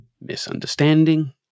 misunderstanding